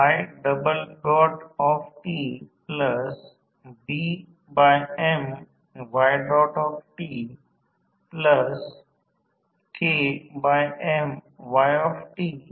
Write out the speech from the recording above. तर VA auto K १ K Va 2 winding transformer किंवा Va auto १ K V two winding transformer असेल